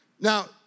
Now